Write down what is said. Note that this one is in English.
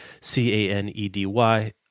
C-A-N-E-D-Y